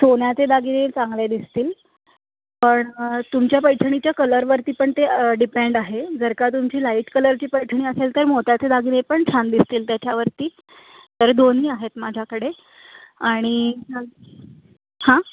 सोन्याचे दागिने चांगले दिसतील पण तुमच्या पैठणीच्या कलरवरती पण ते डिपेंड आहे जर का तुमची लाईट कलरची पैठणी असेल तर मोत्याचे दागिने पण छान दिसतील त्याच्यावरती तर दोन्ही आहेत माझ्याकडे आणि हां